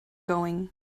going